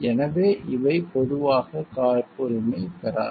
எனவே இவை பொதுவாக காப்புரிமை பெறாது